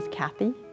Kathy